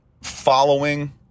following